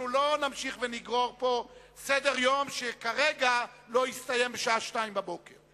אנחנו לא נמשיך ונגרור סדר-יום שכרגע לא יסתיים בשעה שתיים בבוקר.